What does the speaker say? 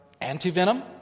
anti-venom